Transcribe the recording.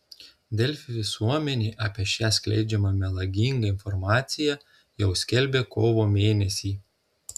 delfi visuomenei apie šią skleidžiamą melagingą informaciją jau skelbė kovo mėnesį